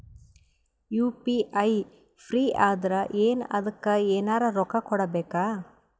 UPI free ಅದಾರಾ ಏನ ಅದಕ್ಕ ಎನೆರ ರೊಕ್ಕ ಕೊಡಬೇಕ?